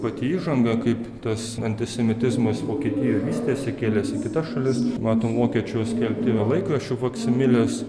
pati įžanga kaip tas antisemitizmas vokietijoj vystėsi kėlėsi į kitas šalis matom vokiečių skelbti ir laikraščių faksimilės